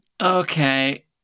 Okay